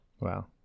Wow